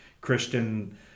Christian